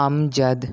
امجد